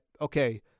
okay